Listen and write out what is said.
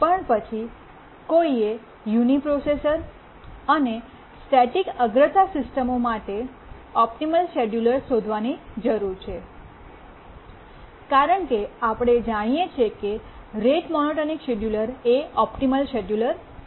પણ પછી કોઈએ યુનિપ્રોસેસર અને સ્ટેટિક અગ્રતા સિસ્ટમો માટે ઓપ્ટિમલ શેડ્યુલર શોધવાની જરૂર છે કારણકે આપણે જાણીએ છીએ કે રેટ મોનોટોનિક શેડ્યુલર એ ઓપ્ટિમલ શેડ્યુલર છે